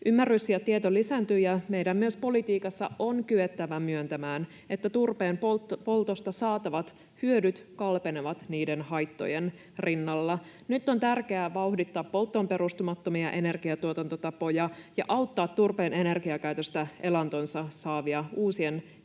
Ymmärrys ja tieto lisääntyvät, ja meidän on myös politiikassa kyettävä myöntämään, että turpeenpoltosta saatavat hyödyt kalpenevat niiden haittojen rinnalla. Nyt on tärkeää vauhdittaa polttoon perustumattomia energiantuotantotapoja ja auttaa turpeen energiakäytöstä elantonsa saavia uusien elinkeinojen